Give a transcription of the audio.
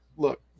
Look